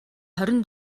хорин